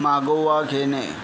मागोवा घेणे